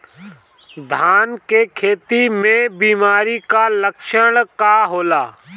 धान के खेती में बिमारी का लक्षण का होला?